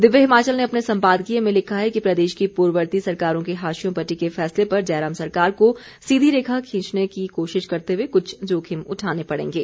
दिव्य हिमाचल ने अपने सम्पादकीय में लिखा है कि प्रदेश की पूर्ववर्ती सरकारों के हाशियों पर टिके फैसले पर जयराम सरकार को सीधी रेखा खींचने की कोशिश करते कुछ जोखिम उठाने पड़ेंगे